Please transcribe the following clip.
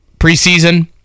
Preseason